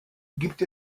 gibt